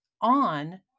on